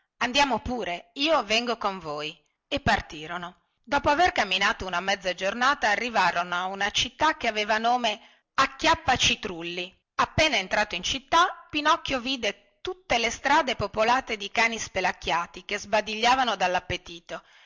andiamo pure io vengo con voi e partirono dopo aver camminato una mezza giornata arrivarono a una città che aveva nome acchiappa citrulli appena entrato in città pinocchio vide tutte le strade popolate di cani spelacchiati che sbadigliavano